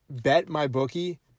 BetMyBookie